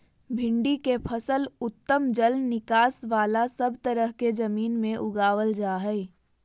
भिंडी के फसल उत्तम जल निकास बला सब तरह के जमीन में उगावल जा हई